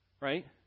right